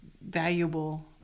valuable